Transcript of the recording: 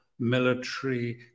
military